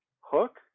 hook